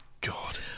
God